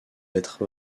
être